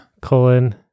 Colon